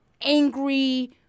angry